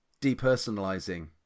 depersonalizing